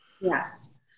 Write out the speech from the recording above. Yes